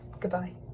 goodbye.